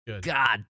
God